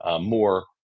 more